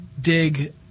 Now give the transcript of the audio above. dig